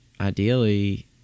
ideally